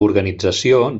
organització